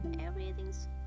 everything's